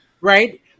Right